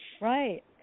right